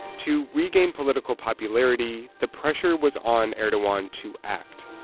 to regain political popularity, the pressure was on erdogan to act.